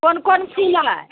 कोन कोन है